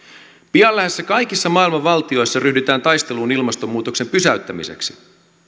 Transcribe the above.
pian lähes kaikissa maailman valtioissa ryhdytään taisteluun ilmastonmuutoksen pysäyttämiseksi